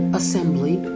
assembly